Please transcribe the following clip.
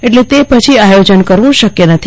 એટલે તે પછી આયોજન કરવું શક્ય નથી